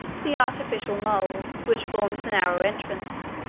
the artificial moles, which formed the narrow entrance,